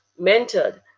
mentored